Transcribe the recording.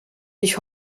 ich